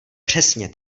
přesně